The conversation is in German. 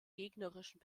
gegnerischen